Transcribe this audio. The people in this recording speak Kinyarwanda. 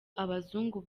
abazungu